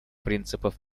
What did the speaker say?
принципов